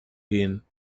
gehen